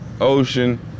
ocean